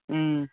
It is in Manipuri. ꯎꯝ